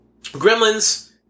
Gremlins